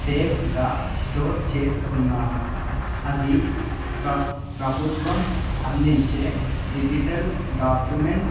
సేఫ్గా స్టోర్ చేసుకున్నాను అది ప్రభుత్వం అందించే డిజిటల్ డాక్యుమెంట్